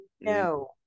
No